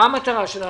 מה המטרה שלנו?